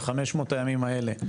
ב-500 הימים האלה,